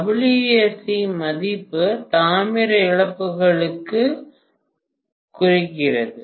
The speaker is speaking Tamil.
WSC மதிப்பு தாமிர இழப்புகளைக் குறிக்கிறது